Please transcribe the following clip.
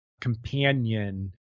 companion